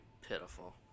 pitiful